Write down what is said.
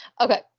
Okay